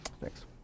Thanks